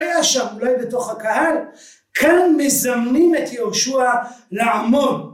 שם אולי בתוך הקהל, כאן מזמנים את יהושע לעמוד.